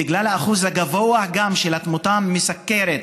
בגלל האחוז הגבוה של התמותה מסוכרת,